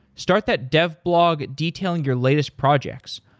start that dev blog, detailing your latest projects.